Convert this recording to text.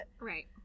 Right